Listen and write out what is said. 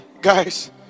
guys